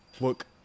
look